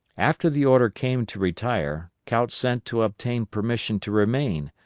after the order came to retire, couch sent to obtain permission to remain,